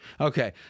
Okay